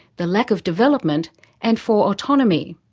the lack of development and for autonomy.